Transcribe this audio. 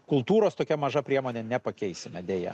kultūros tokia maža priemone nepakeisime deja